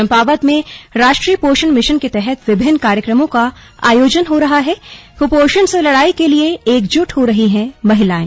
चंपावत में राष्ट्रीय पोषण मिशन के तहत विभिन्न कार्यक्रमों का आयोजन हो रहा हैकुपोषण से लड़ाई के लिए एकजुट हो रही हैं महिलाएं